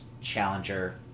Challenger